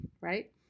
right